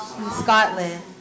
Scotland